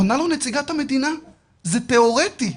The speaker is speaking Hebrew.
עונה לו נציגת המדינה "זה תיאורטי",